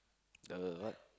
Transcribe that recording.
uh what